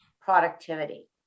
productivity